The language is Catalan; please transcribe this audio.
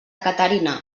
caterina